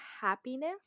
happiness